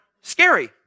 scary